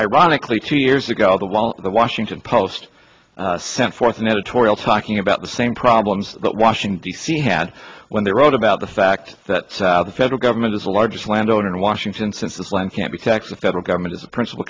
ironically two years ago all the while the washington post sent forth an editorial talking about the same problems that washington d c had when they wrote about the fact that the federal government is the largest landowner washington since the land can't be taxed the federal government is a principal